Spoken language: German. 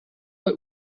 bei